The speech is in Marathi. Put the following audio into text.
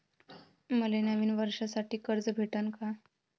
मले नवीन वर्षासाठी कर्ज भेटन का?